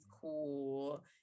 cool